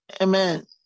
Amen